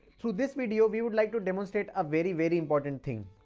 through this video we would like to demonstrate a very very important thing.